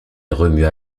remua